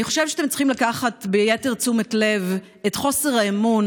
אני חושבת שאתם צריכים לקחת ביתר תשומת לב את חוסר האמון